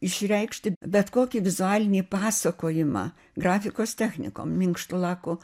išreikšti bet kokį vizualinį pasakojimą grafikos technikom minkštu laku